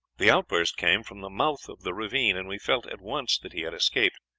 the outburst came from the mouth of the ravine, and we felt at once that he had escaped.